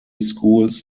schools